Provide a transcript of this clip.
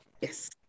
Yes